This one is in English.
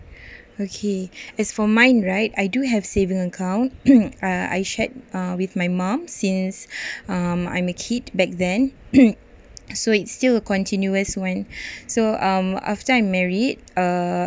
okay as for mine right I do have saving account I I shared with my mum since um I'm a kid back then so it's still a continuous went so um after I married uh